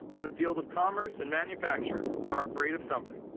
in the field of commerce and manufacture, are afraid of something.